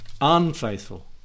unfaithful